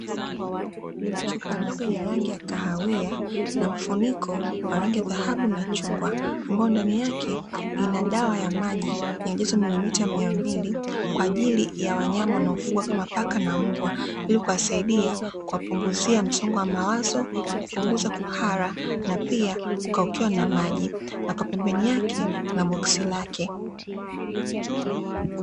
Chupa ndogo yenye rangi ya kahawia na mfuniko wa rangi ya dhahabu na chungwa ambayo ndani yake ina dawa ya maji yenye ujazo mwa milimita mia mbili kwa ajili ya wanyama wanao fugwa kama paka na mbwa ili kuwasaidia kuwapunguzia msongo wa mawazo, kupunguza kuhara na pia kukaukiwa na maji, na kwa pembeni yake kuna boksi lake.